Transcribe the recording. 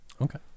Okay